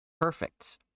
perfect